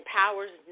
powers